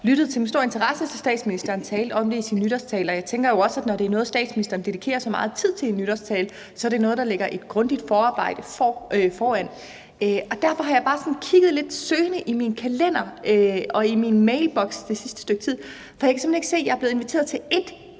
lyttede med stor interesse til det, da statsministeren talte om det i sin nytårstale. Jeg tænker jo også, at når det er noget, statsministeren dedikerer så meget tid til i nytårstalen, så er det noget, der ligger et grundigt forarbejde bag. Derfor har jeg bare kigget sådan lidt søgende i min kalender og i min mailboks det sidste stykke tid, for jeg kan simpelt hen ikke se, at jeg er blevet inviteret til et